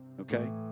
Okay